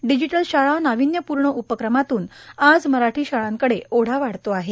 digital शाळा नावीन्यपूर्ण उपक्रमातून आज मराठी शाळांकडे ओढा वाढतो आहे